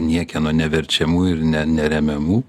niekieno neverčiamų ir ne neremiamų